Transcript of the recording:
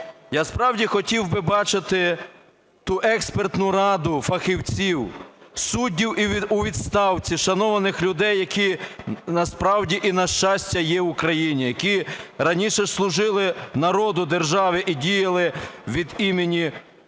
Я справді хотів би бачити ту експертну раду фахівців, суддів у відставці, шановних людей, які насправді, і на щастя, є в Україні, які раніше служили народу, державі і діяли від імені